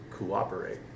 Cooperate